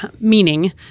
meaning